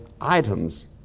items